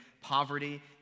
poverty